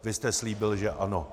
Vy jste slíbil, že ano.